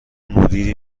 مدیری